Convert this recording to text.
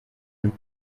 nous